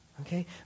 Okay